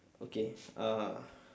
okay uh